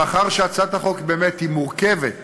מאחר שהצעת החוק היא באמת מורכבת וארוכה,